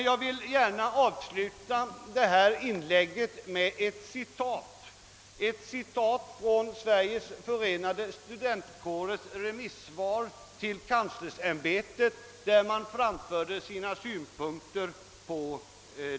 Jag vill avsluta detta mitt inlägg med ett citat ur Sveriges förenade studentkårers remissyttrande till universitetskanslersämbetet över UKAS:s förslag.